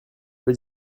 veux